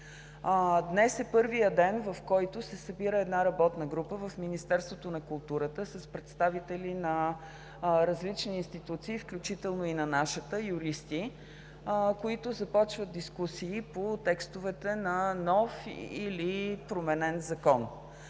Днес е първият ден, в който се събира работа група в Министерството на културата с представители на различни институции, включително и на нашата, с юристи, които започват дискусии по текстовете на нов или променен закон.